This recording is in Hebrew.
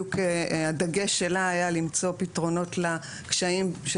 והדגש שלה היה למצוא פתרונות לקשיים של